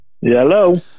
hello